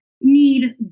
need